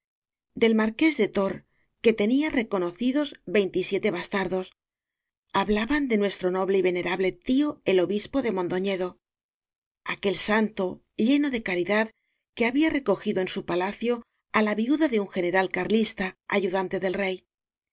del marqués de tor que tenia reconocidos veintisiete bas tardos hablaban de nuestro noble y venera ble tío el obispo de mondoñedo aquel santo lleno de caridad que había recogido en su palacio á la viuda de un general carlista ayudante del rey